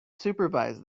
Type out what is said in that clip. supervise